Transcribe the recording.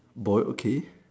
boy okay